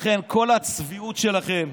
לכן כל הצביעות שלכם,